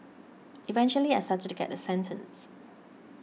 eventually I started to get a sentence